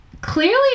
clearly